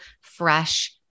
fresh